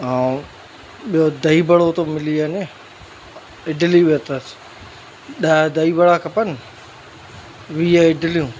ऐं ॿियो दही बड़ो थो मिली वञे इडली बि अथसि ॾह दही बड़ा खपनि वीह इडलियूं